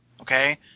Okay